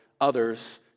others